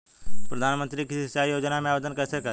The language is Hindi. प्रधानमंत्री कृषि सिंचाई योजना में आवेदन कैसे करें?